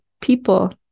people